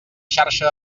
xarxa